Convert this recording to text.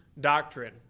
doctrine